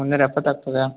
ಮುನ್ನೂರಎಪ್ಪತ್ತು ಆಗ್ತದಾ